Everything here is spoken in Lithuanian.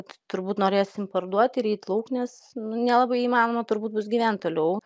turbūt norėsim parduot ir eit lauk nes nu nelabai įmanoma turbūt bus gyvent toliau